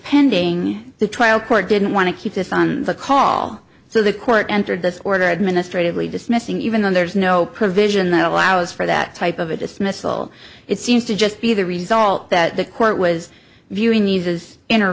pending the trial court didn't want to keep this on the call so the court entered this order administratively dismissing even though there's no provision that allows for that type of a dismissal it seems to just be the result that the court was viewing these as inter